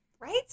Right